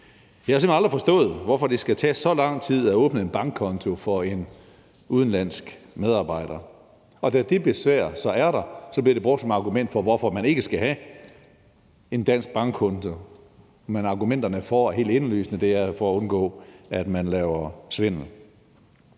Jeg har simpelt hen aldrig forstået, hvorfor det skal tage så lang tid at åbne en bankkonto for en udenlandsk medarbejder, og da det besvær så er der, bliver det brugt som argument for, hvorfor man ikke skal have en dansk bankkonto. Men argumenterne for er helt indlysende: Det er for at undgå, at man laver svindel.